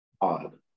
odd